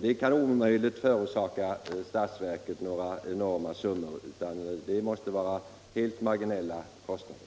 Det kan omöjligt förorsaka statsverket några enorma summor utan kan endast medföra helt marginella kostnader.